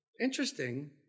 Interesting